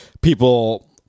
people